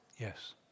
Yes